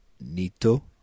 Nito